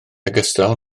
ogystal